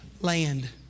land